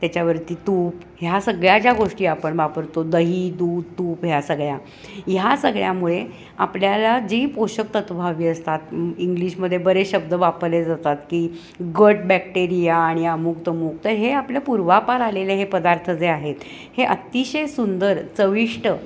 त्याच्यावरती तूप ह्या सगळ्या ज्या गोष्टी आपण वापरतो दही दूध तूप ह्या सगळ्या ह्या सगळ्यामुळे आपल्याला जी पोषक तत्व हवी असतात इंग्लिशमध्ये बरे शब्द वापरले जातात की गट बॅक्टेरिया आणि अमुकतमुक तर हे आपल्या पूर्वापार आलेले हे पदार्थ जे आहेत हे अतिशय सुंदर चविष्ट